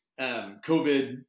COVID